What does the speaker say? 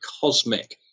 cosmic